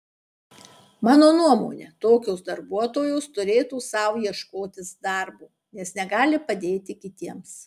mano nuomone tokios darbuotojos turėtų sau ieškotis darbo nes negali padėti kitiems